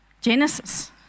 Genesis